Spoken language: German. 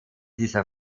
dieser